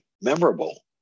memorable